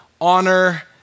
Honor